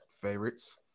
favorites